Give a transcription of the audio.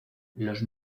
los